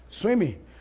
swimming